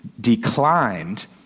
declined